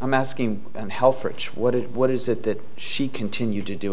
i'm asking and health for each what is what is it that she continued to do